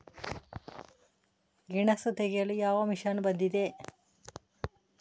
ಗೆಣಸು ಬೆಳೆ ತೆಗೆಯಲು ಯಾವ ಮಷೀನ್ ಬಂದಿದೆ?